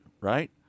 right